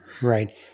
Right